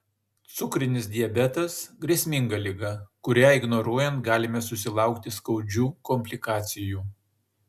cukrinis diabetas grėsminga liga kurią ignoruojant galime susilaukti skaudžių komplikacijų